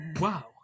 Wow